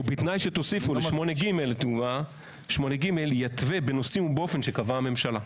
ובתנאי שתוסיפו ל-8ג: יתווה בנושאים ובאופן שקבעה הממשלה.